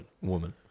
woman